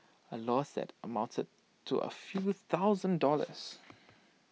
A loss that amounted to A few thousand dollars